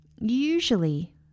usually